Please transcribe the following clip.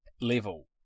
level